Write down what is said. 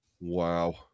Wow